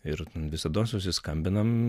ir visados susiskambinam